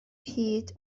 hyd